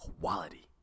quality